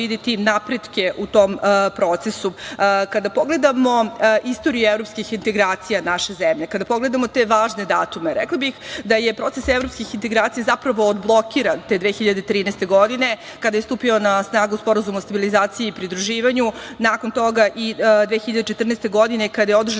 videti napretke u tom procesu. Kada pogledamo istoriju evropskih integracija naše zemlje, kada pogledamo te važne datume, rekla bih da je proces evropskih integracija zapravo odblokiran te 2013. godine, kada je stupio na snagu Sporazum o stabilizaciji i pridruživanju, nakon toga i 2014. godine, kada je održana